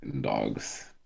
Dogs